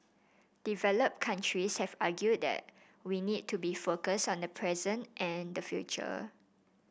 developed countries have argued that we need to be focused on the present and the future